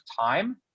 time